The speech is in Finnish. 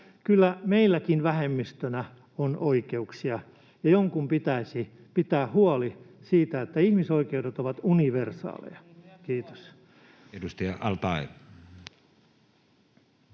Kyllä meilläkin vähemmistönä on oikeuksia, ja jonkun pitäisi pitää huoli siitä, että ihmisoikeudet ovat universaaleja. [Leena Meri: